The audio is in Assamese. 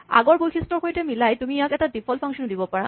আগৰ বৈশিষ্টৰ সৈতে মিলাই তুমি ইয়াক এটা ডিফল্ট ফাংচনো দিব পাৰা